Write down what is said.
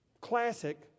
classic